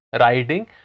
riding